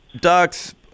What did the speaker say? ducks